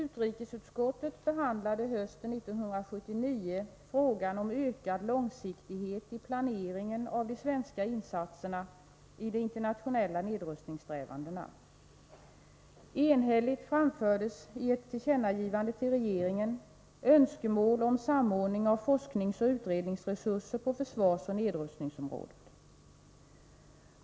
Utrikesutskottet behandlade hösten 1979 frågan om ökad långsiktighet i planeringen av de svenska insatserna i de internationella nedrustningssträvandena. Enhälligt framfördes i ett tillkännagivande till regeringen önskemål om samordning av forskningsoch utredningsresurser på försvarsoch nedrustningsområdet.